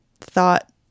thought